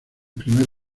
primer